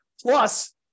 Plus